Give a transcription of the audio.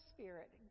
Spirit